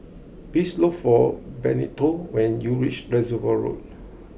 please look for Benito when you reach Reservoir Road